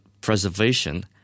preservation